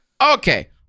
Okay